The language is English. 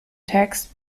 text